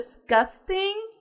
disgusting